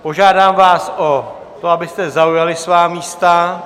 Požádám vás o to, abyste zaujali svá místa.